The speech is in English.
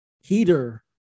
heater